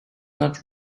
not